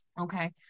Okay